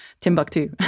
Timbuktu